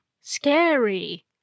Scary